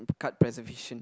card preservation